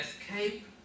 escape